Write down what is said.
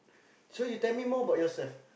so you tell me more about yourself